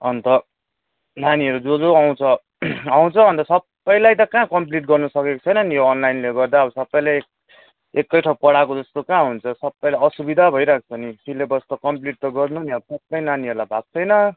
अन्त नानीहरू जो जो आउँछ आउँछ अन्त सबैलाई त कहाँ कम्प्लिट गर्नु सकेको छुइनँ नी यो अनलाइनले गर्दा अब सबैले एकै ठाउँ पढाएको जस्तो कहाँ हुन्छ सबैलाई असुविधा भइरहेको छ नि सिलेबस त कम्प्लिट त गर्नु नि अब सबै नानीहरूलाई भएको छैन